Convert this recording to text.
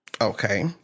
Okay